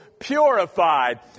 purified